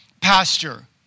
pasture